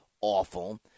awful